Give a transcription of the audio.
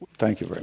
thank you,